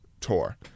tour